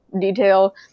detail